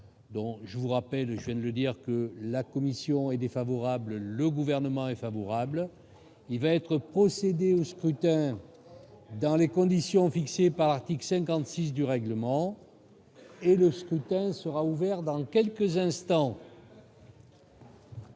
je vous rappelle je ne dire que la commission est défavorable, le gouvernement est favorable, il va être procédé au scrutin dans les conditions fixées par l'article 56 du règlement et le scrutin sera ouvert dans quelques instants.